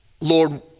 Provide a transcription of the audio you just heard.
Lord